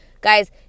guys